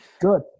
good